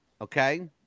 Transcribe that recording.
Okay